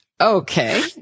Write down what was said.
Okay